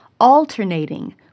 alternating